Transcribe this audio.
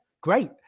Great